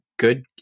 good